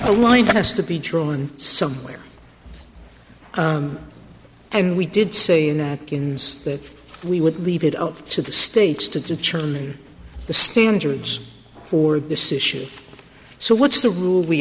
a line has to be drawn somewhere and we did say that we would leave it up to the states to determine the standards for this issue so what's the rule we